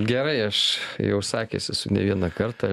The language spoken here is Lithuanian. gerai aš jau sakęs esu ne vieną kartą